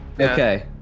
Okay